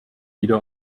wieder